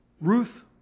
Ruth